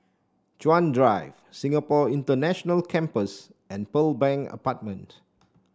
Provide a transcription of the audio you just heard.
Chuan Drive Singapore International Campus and Pearl Bank Apartment